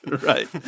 Right